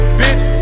bitch